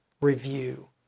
review